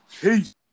Peace